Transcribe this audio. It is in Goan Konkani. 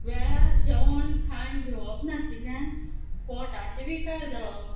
वेळार जेवण खाण घेवप नाशिल्ल्यान पोटाचे विकार जावप